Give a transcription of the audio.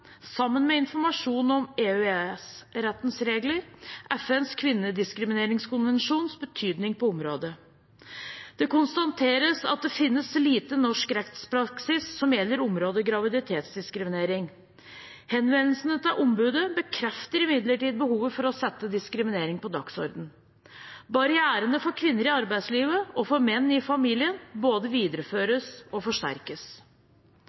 sammen med informasjon om EU/EØS-rettens regler og FNs kvinnediskrimineringskonvensjons betydning på området. Det konstateres at det finnes lite norsk rettspraksis som gjelder området graviditetsdiskriminering. Henvendelsene til ombudet bekrefter imidlertid behovet for å sette diskriminering på dagsordenen. Barrierene for kvinner i arbeidslivet og for menn i familien både videreføres og forsterkes.